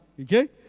Okay